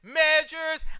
measures